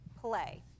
play